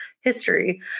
history